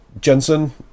Jensen